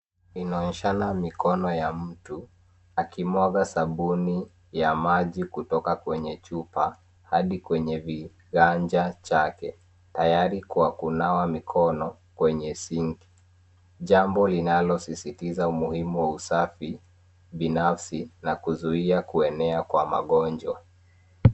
Inaonyeshana mikono ya mtu akimwaga sabuni ya maji kutoka kwenye chupa hadi kwenye viganja chake tayari kwa kunawa mikono kwenye sinki jambo linalosisitiza umuhimu wa usafi binafsi na kuzuia kuenea kwa magonjwa.